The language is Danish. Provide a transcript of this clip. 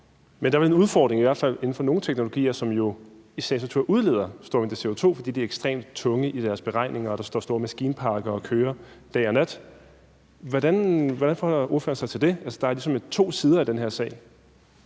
Men der er vel en udfordring, i hvert fald inden for nogle teknologier, som jo i sagens natur udleder en stor mængde CO2, fordi de er ekstremt tunge i forhold til deres beregninger, og der står store maskinparker, der kører dag og nat. Hvordan forholder ordføreren sig til det? Altså, der er ligesom to sider af den her sag.